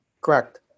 Correct